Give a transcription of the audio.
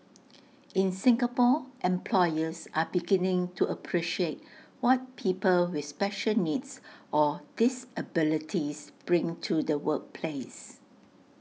in Singapore employers are beginning to appreciate what people with special needs or disabilities bring to the workplace